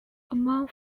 among